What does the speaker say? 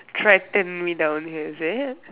threaten me down here is it